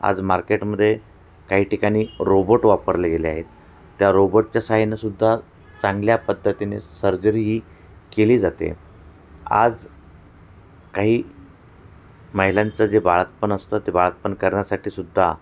आज मार्केटमध्ये काही ठिकाणी रोबोट वापरले गेले आहेत त्या रोबोटच्या सहाय्यानं सुद्धा चांगल्या पद्धतीने सर्जरी ही केली जाते आज काही महिलांचं जे बाळंतपण असतं ते बाळंतपण करण्यासाठी सुद्धा